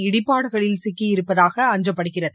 இடிபாடுகளில் சிக்கியிருப்பதாக அஞ்சப்படுகிறது